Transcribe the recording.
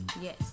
Yes